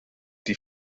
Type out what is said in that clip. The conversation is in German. die